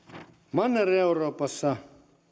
manner euroopassa